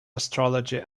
astrology